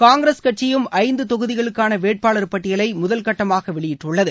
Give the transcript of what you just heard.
காங்கிரஸ் கட்சியும் தொகுதிகளுக்கான வேட்பாளர் பட்டியலை முதல் கட்டமாக வெளியிட்டுள்ளது